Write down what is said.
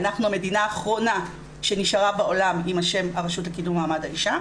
אנחנו המדינה האחרונה שנשארה בעולם עם השם 'הרשות לקידום מעמד האישה'.